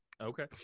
okay